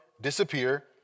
disappear